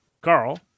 Carl